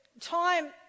time